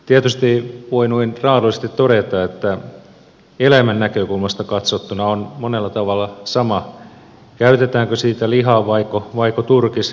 tietysti voi noin raadollisesti todeta että eläimen näkökulmasta katsottuna on monella tavalla sama käytetäänkö siitä liha vaiko turkis